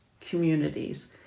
communities